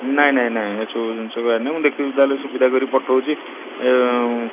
ନାଇଁ ନାଇଁ ନାଇଁ ଏ ସବୁ ଜିନିଷ ଆଣିବୁ ଦେଖିବୁ ତାହେଲେ ସୁବିଧା କରି ପଠଉଛି ଏ